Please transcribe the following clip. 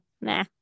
nah